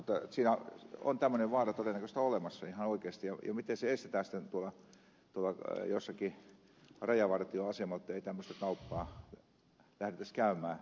mutta siinä on tämmöinen vaara todennäköisesti olemassa ihan oikeasti ja ongelmana se miten se estetään sitten tuolla jossakin rajavartioasemalla että ei tämmöistä kauppaa lähdettäisi käymään